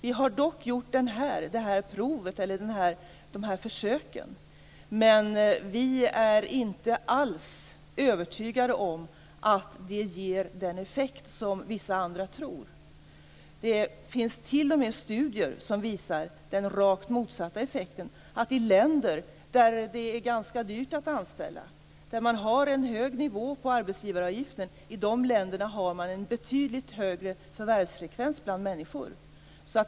Vi har dock gjort dessa försök, men vi är inte alls övertygade om att de ger den effekt som vissa tror. Det finns t.o.m. studier som visar den rakt motsatta effekten, dvs. att i länder där det är ganska dyrt att anställa och där man har en hög nivå på arbetsgivaravgiften har man en betydligt högre förvärvsfrekvens bland människor.